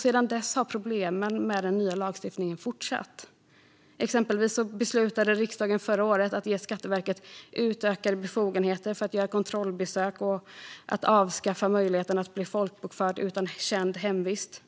Sedan dess har problemen med den nya lagstiftningen fortsatt. Exempelvis beslutade riksdagen förra året att ge Skatteverket utökade befogenheter för att göra kontrollbesök och att avskaffa möjligheten att bli folkbokförd utan känd hemvist.